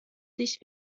dich